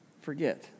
forget